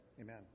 Amen